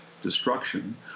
destruction